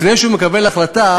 לפני שהוא מקבל החלטה,